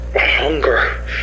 hunger